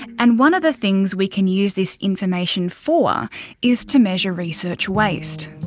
and one of the things we can use this information for is to measure research waste.